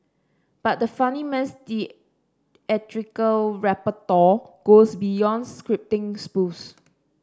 but the funnyman's theatrical repertoire goes beyond scripting spoofs